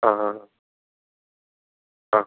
ആ ആ ആ